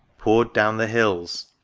poured down the hills,